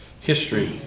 History